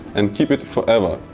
and keep it forever.